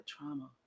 trauma